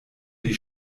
die